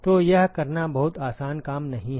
तो यह करना बहुत आसान काम नहीं है